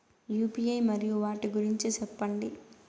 UPI మరియు వాటి గురించి సెప్పండి?